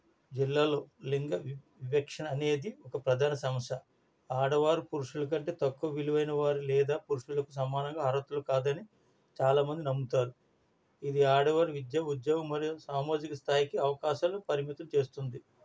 జిల్లాలో లింగ వివక్షనా అనేది ఒక ప్రధాన సమస్య ఆడవారు పురుషుల కంటే తక్కువ విలువైన వారు లేదా పురుషులకు సమానంగా అర్హులుకారని చాలా మంది నమ్ముతారు ఇది ఆడవారి విద్యా ఉద్యోగము సామాజిక స్థాయికి అవకాశాలు పరిమితం చేస్తుంది